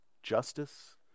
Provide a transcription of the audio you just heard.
justice